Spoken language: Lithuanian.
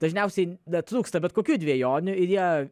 dažniausiai dar trūksta bet kokių dvejonių ir jie